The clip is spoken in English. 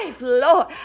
Lord